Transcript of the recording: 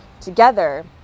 together